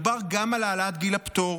מדובר גם על העלאת גיל הפטור